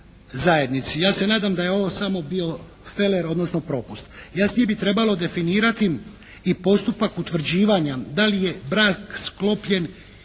zajednici. Ja se nadam da je ovo samo bio feler odnosno propust. Jasnije bi trebalo definirati i postupak utvrđivanja da li je brak sklopljen